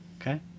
Okay